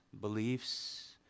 beliefs